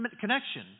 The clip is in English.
connection